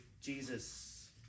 Jesus